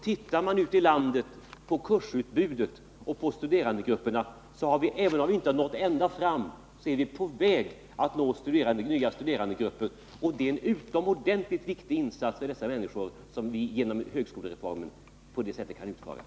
Tittar man ute i landet på kursutbudet 4 april 1979 och studerandegrupperna finner vi att, även om vi inte har nått ända fram, vi är på väg att nå nya medborgargrupper. Anslag till högskola